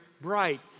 bright